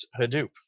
Hadoop